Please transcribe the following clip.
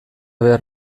behar